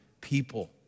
people